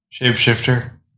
Shapeshifter